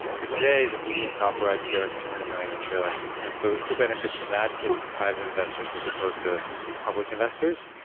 but today, the median software ipo has two hundred million in training. and so, who benefits from that? it's private investors as supposed to public investors,